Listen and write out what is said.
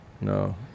no